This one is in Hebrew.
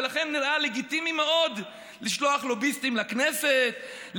ולכן נראה לגיטימי מאוד לשלוח לוביסטים לכנסת,